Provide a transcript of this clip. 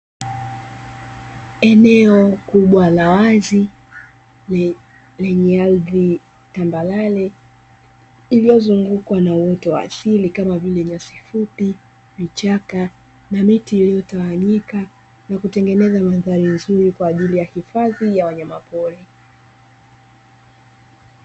Eneo kubwa la wazi, lenye ardhi tambarare, iliyozungukwa na uoto wa asili kama vile: nyasi fupi, vichaka na miti iliyotawanyika na kutengeneza mandhari nzuri kwa ajili ya hifadhi ya wanyamapori.